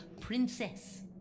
princess